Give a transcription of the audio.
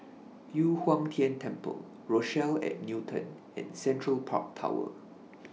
Yu Huang Tian Temple Rochelle At Newton and Central Park Tower